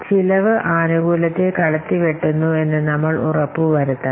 ചിലവ് ആനുകൂല്യത്തെ കടത്തിവെട്ടുന്നു എന്നു നമ്മൾ ഉറപ്പു വരുത്തണം